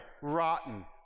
rotten